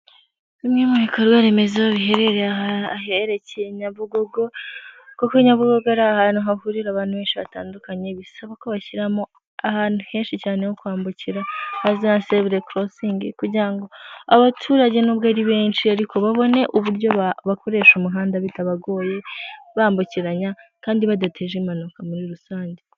Bimwe mu bikorwa remezo biherereye aherekeye nyabugogo kuko nyabugogo ari ahantu hahurira abantu benshi hatandukanye bisaba ko bashyira ahantu henshi cyane ho kwambukira, nka za zebura korosingi, kugira ngo abaturage nubwo ari benshi ariko babone uburyo bakoresha umuhanda bitabagoye bambukiranya kandi badateje impanuka muri rusange.